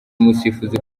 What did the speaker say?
umusifuzi